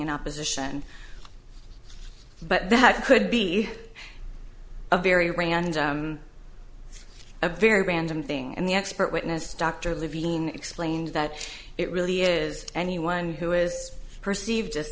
in opposition but that could be a very wrong and it's a very random thing and the expert witness dr levine explains that it really is anyone who is perceived as